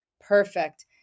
Perfect